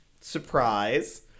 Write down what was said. Surprise